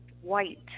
white